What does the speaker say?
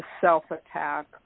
self-attack